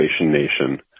nation